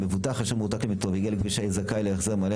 מבוטח אשר מרותק למיטתו והגיע לגיל הפרישה יהיה זכאי להחזר מלא